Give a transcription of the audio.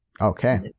Okay